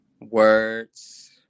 words